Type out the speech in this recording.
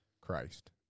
Christ